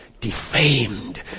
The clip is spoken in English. defamed